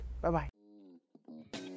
Bye-bye